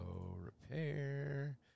repair